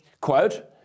quote